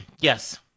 Yes